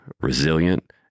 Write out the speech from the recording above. resilient